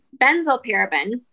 benzylparaben